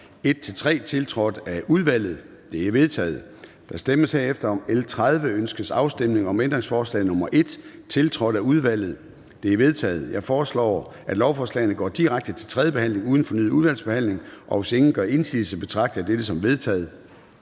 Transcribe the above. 1-3, tiltrådt af udvalget? De er vedtaget. Der stemmes herefter om L 30. Ønskes afstemning om ændringsforslag nr. 1, tiltrådt af udvalget? Det er vedtaget. Jeg foreslår, at lovforslagene går direkte til tredje behandling uden fornyet udvalgsbehandling. Hvis ingen gør indsigelse, betragter jeg dette som vedtaget.